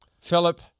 Philip